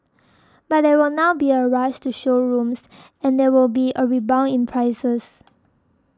but there will now be a rush to showrooms and there will be a rebound in prices